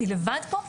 אני לבד פה?